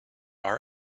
our